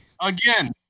Again